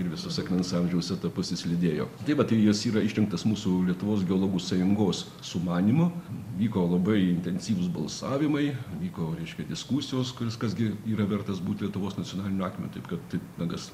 ir visus akmens amžiaus etapus jis lydėjo tai va tai jis yra išrinktas mūsų lietuvos geologų sąjungos sumanymu vyko labai intensyvūs balsavimai vyko reiškia diskusijos kuris kas gi yra vertas būti lietuvos nacionaliniu akmeniu taip kad titnagas